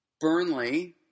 Burnley